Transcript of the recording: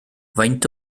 faint